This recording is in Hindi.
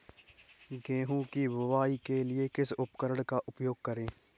गेहूँ की बुवाई के लिए किस उपकरण का उपयोग करें?